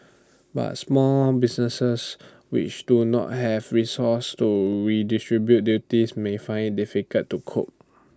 but small businesses which do not have resources to redistribute duties may find IT difficult to cope